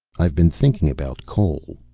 i've been thinking about coal,